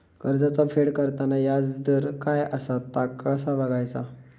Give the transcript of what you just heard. कर्जाचा फेड करताना याजदर काय असा ता कसा बगायचा?